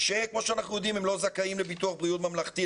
שכמו שאנחנו יודעים הם לא זכאים לביטוח בריאות ממלכתי,